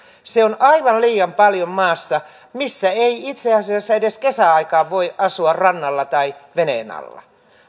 se on aivan liian paljon maassa missä ei itse asiassa edes kesäaikaan voi asua rannalla tai veneen alla